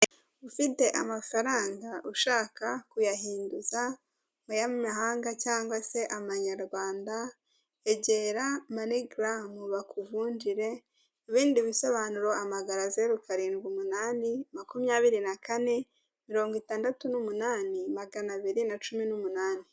Ufite amafaranga ushaka kuyahinduza mu y'amahanga cyangwa se amanyarwanda egera mani garamu bakuvunjire, ku bindi bisobanuro wahamagara zeru karindwi umunani makumyabiri na kane mirongo itandatu n'umunani magana abiri na cumi n'umunani.